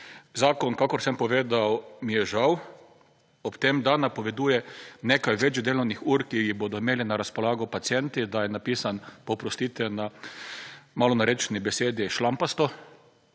Zakon, kakor sem povedal, mi je žal. Ob tem, da napoveduje nekaj več delovnih ur, ki jih bodo imeli na razpolago pacienti, da je napisan, pa oprostite na malo narečni besedi, šlampasto.